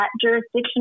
jurisdiction